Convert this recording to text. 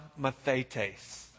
Mathetes